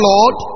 Lord